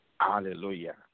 Hallelujah